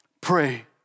pray